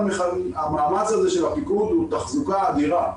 המאמץ הזה של הפיקוד הוא תחזוקה אדירה.